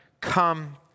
come